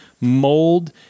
mold